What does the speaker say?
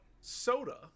soda